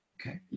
okay